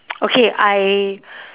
okay I